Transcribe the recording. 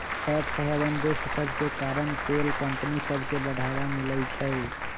tax haven देश सभके कारण तेल कंपनि सभके बढ़वा मिलइ छै